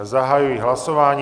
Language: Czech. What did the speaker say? Zahajuji hlasování.